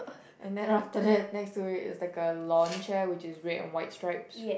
and then after that next to it is like a lounge chair which is red and white stripes